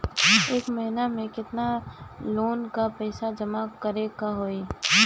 एक महिना मे केतना लोन क पईसा जमा करे क होइ?